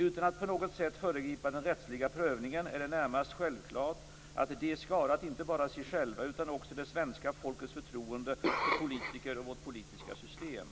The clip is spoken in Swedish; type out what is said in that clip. Utan att på något sätt föregripa den rättsliga prövningen är det närmast självklart att de skadat inte bara sig själva utan också det svenska folkets förtroende för politiker och vårt politiska system.